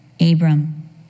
Abram